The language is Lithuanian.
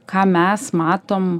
ką mes matom